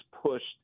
pushed